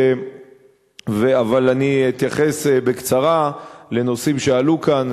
אבל אני אתייחס בקצרה לנושאים שעלו כאן.